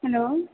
hello